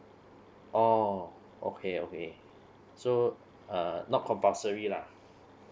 oh okay okay so uh not compulsory lah